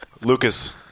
Lucas